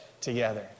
together